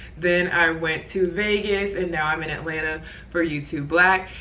then i went to vegas, and now i'm in atlanta for youtube black.